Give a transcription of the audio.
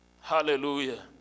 Hallelujah